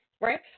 Right